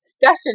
discussion